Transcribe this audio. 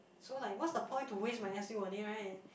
so like what's the point to waste my s_u on it right